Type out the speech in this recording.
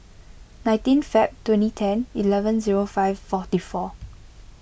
nineteen Feb twenty ten eleven zero five forty four